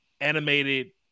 animated